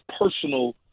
personal